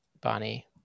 Bonnie